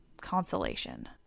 consolation